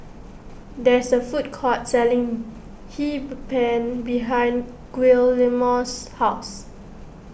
there is a food court selling Hee Pan behind Guillermo's house